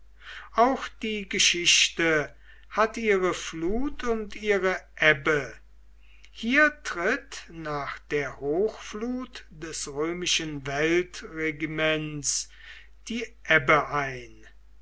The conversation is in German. auch die geschichte hat ihre flut und ihre ebbe hier tritt nach der hochflut des römischen weltregiments die ebbe ein